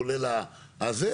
כולל הזה,